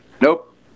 Nope